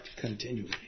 continually